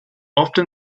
often